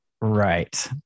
Right